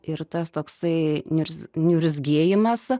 ir tas toksai niurzgus niurzgėjimas